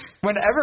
Whenever